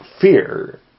fear